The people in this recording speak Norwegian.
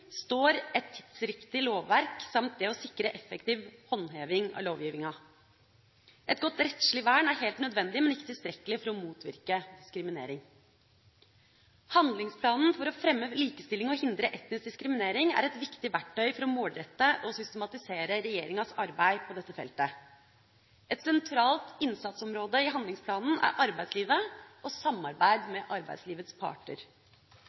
står et tidsriktig lovverk samt det å sikre effektiv håndheving av lovgivninga. Et godt rettslig vern er helt nødvendig, men ikke tilstrekkelig for å motvirke diskriminering. Handlingsplanen for å fremme likestilling og hindre etnisk diskriminering er et viktig verktøy for å målrette og systematisere regjeringas arbeid på dette feltet. Et sentralt innsatsområde i handlingsplanen er arbeidslivet og samarbeid med arbeidslivets parter.